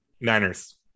Niners